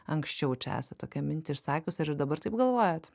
anksčiau čia esat tokią mintį išsakius ar ir dabar taip galvojat